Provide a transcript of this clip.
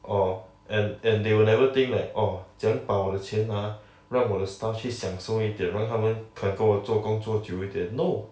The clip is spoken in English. orh and and they will never think that orh 怎样把我的钱 ah 让我的 staff 去享受一点让他们肯跟我做工做久一点 no